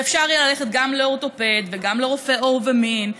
שאפשר יהיה ללכת גם לאורתופד וגם לרופא עור ומין,